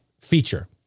feature